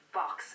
box